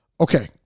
Okay